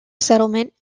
settlement